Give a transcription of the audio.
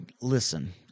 Listen